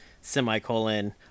semicolon